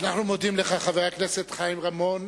אנחנו מודים לך, חבר הכנסת חיים רמון,